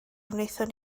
wnaethon